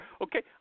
Okay